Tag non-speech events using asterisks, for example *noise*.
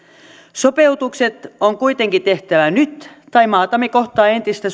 sopeutukset on kuitenkin tehtävä nyt tai maatamme kohtaa entistä *unintelligible*